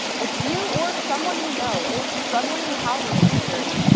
if you or someone you know is struggling with housing insecurity,